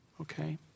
okay